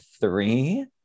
three